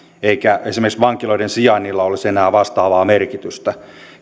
eikä esimerkiksi vankiloiden sijainnilla olisi enää vastaavaa merkitystä